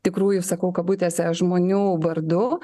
tikrųjų sakau kabutėse žmonių vardu